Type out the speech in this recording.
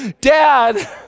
Dad